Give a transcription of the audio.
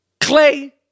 Clay